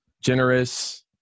generous